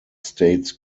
states